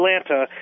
Atlanta